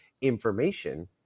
information